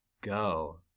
Go